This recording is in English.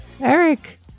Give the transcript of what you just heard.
Eric